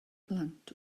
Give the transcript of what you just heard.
blant